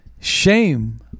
shame